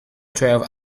twelve